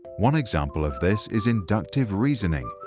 one example of this is inductive reasoning,